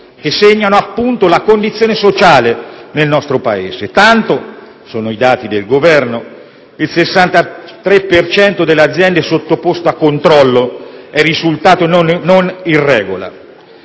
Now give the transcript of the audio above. che segnano la condizione sociale nel nostro Paese. Secondo dati del Governo, il 63 per cento delle aziende sottoposte a controllo è risultato non in regola